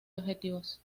objetivos